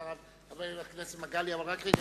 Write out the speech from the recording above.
אחריו, חבר הכנסת מגלי והבה.